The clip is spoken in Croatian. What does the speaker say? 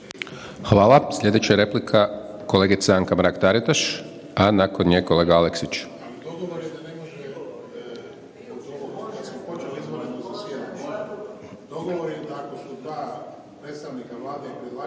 Hvala. Slijedeća replika kolegica Anka Mrak Taritaš, a nakon nje kolega Aleksić.